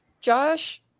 Josh